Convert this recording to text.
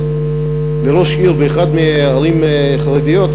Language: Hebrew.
על ראשות עיר באחת מהערים החרדיות,